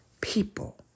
people